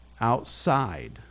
outside